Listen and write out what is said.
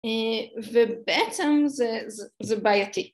ובעצם זה בעייתי